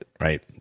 right